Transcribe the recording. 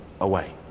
away